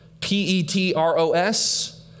P-E-T-R-O-S